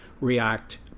react